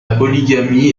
polygamie